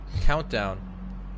countdown